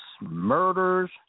murders